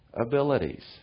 abilities